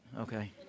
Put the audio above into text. Okay